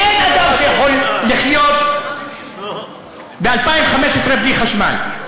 כי אין אדם שיכול לחיות ב-2015 בלי חשמל.